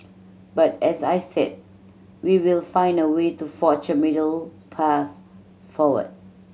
but as I said we will find a way to forge a middle path forward